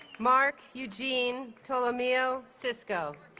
mark eugene tolomeo sisco